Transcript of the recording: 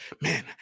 man